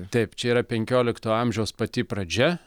taip čia yra penkiolikto amžiaus pati pradžia